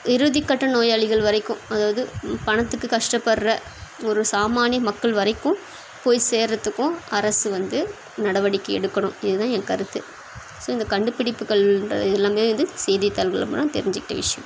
இறுதிக்கட்ட நோயாளிகள் வரைக்கும் அதாவது பணத்துக்கு கஷ்டப்படுற ஒரு சாமானிய மக்கள் வரைக்கும் போய் சேர்றதுக்கும் அரசு வந்து நடவடிக்கை எடுக்கணும் இது தான் என் கருத்து ஸோ இந்த கண்டுபிடிப்புகள்ன்ற எல்லாமே வந்து செய்தித்தாள்கள் மூலம் தெரிஞ்சிக்கிட்ட விஷயம்